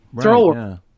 thrower